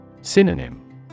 Synonym